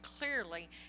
clearly